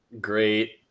great